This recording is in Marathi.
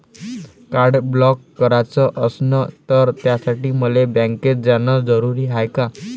कार्ड ब्लॉक कराच असनं त त्यासाठी मले बँकेत जानं जरुरी हाय का?